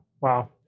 Wow